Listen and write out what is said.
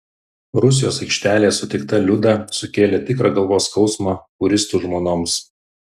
rusijos aikštelėje sutikta liuda sukėlė tikrą galvos skausmą fūristų žmonoms